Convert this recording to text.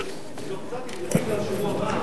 תודה רבה.